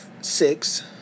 six